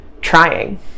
trying